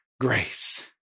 grace